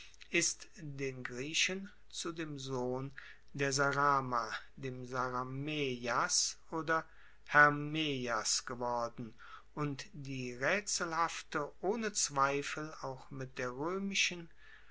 ist den griechen zu dem sohn der saram dem saramyas oder hermeias geworden und die raetselhafte ohne zweifel auch mit der roemischen